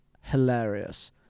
hilarious